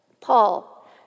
Paul